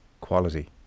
quality